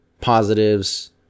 positives